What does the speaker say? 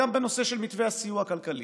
גם בנושא של מתווה הסיוע הכלכלי.